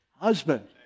husband